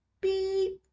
beep